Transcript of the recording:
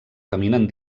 caminen